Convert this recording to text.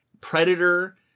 predator